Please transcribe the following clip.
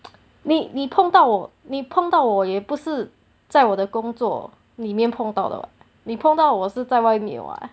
你你碰到你碰到我也不是在我的工作里面碰到了你碰到我是在外面 what